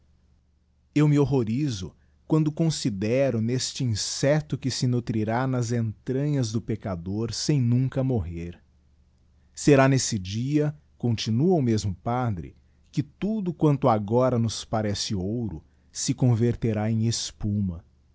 eu me horroriso quando considero neste insecto que se nutrirá nas entranhas do peccador sem nunca morrer será nesse dia continua o mesmo padre que tudo quanto agora nos parece ouro se converterá em espuma